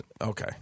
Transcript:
okay